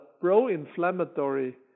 pro-inflammatory